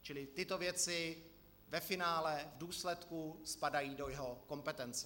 Čili tyto věci ve finále, v důsledku spadají do jeho kompetence.